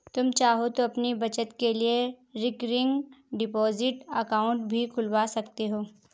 तुम चाहो तो अपनी बचत के लिए रिकरिंग डिपॉजिट अकाउंट भी खुलवा सकते हो